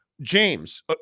James